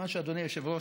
אדוני היושב-ראש,